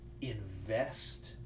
Invest